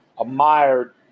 admired